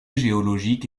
géologique